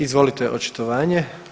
Izvolite očitovanje.